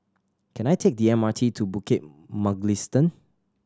can I take the M R T to Bukit Mugliston